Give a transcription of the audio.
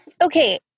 okay